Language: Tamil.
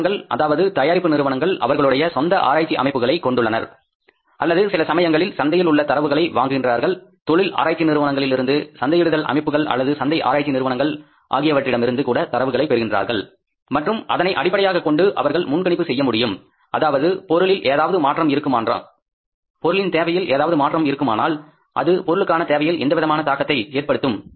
நிறுவனங்கள் அதாவது தயாரிப்பு நிறுவனங்கள் அவர்களுடைய சொந்த ஆராய்ச்சி அமைப்புகளை கொண்டுள்ளார்கள் அல்லது சில சமயங்களில் சந்தையில் உள்ள தரவுகளை வாங்குகின்றார்கள் தொழில் ஆராய்ச்சி நிறுவனங்களில் இருந்து சந்தையிடுதல் அமைப்புகள் அல்லது சந்தை ஆராய்ச்சி நிறுவனங்கள் ஆகியவற்றிடம் இருந்து கூட தரவுகளை பெறுகின்றார்கள் மற்றும் அதனை அடிப்படையாகக் கொண்டு அவர்கள் முன்கணிப்பு செய்யமுடியும் அதாவது பொருளில் ஏதாவது மாற்றம் இருக்குமானால் அது பொருளுக்கான தேவையில் எந்தவிதமான தாக்கத்தை ஏற்படுத்தும்